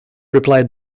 replied